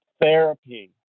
therapy